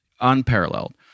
unparalleled